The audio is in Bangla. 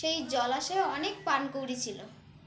সেই জলাশয়ে অনেক পানকৌড়ি ছিল